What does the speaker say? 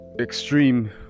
extreme